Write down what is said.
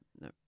no